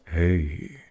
Hey